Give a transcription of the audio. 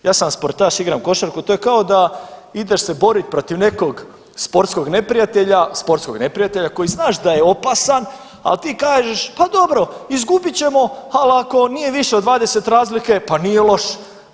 Ja sam sportaš, igram košarku, to je kao da ideš se boriti protiv nekog sportskog neprijatelja, sportskog neprijatelja, koji znaš da je opasan, ali ti kažeš, pa dobro, izgubit ćemo, ali ako nije više od 20 razlike, pa nije loše.